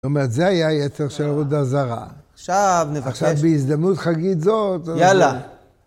זאת אומרת, זה היה יצר של עבודה זרה. עכשיו נבקש... עכשיו בהזדמנות חגיגית זאת. יאללה.